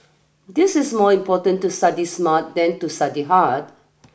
this is more important to study smart than to study hard